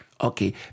okay